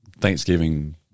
Thanksgiving